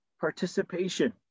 participation